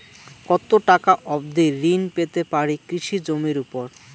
কত টাকা অবধি ঋণ পেতে পারি কৃষি জমির উপর?